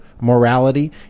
morality